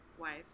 wife